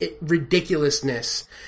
ridiculousness